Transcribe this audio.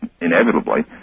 inevitably